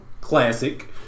Classic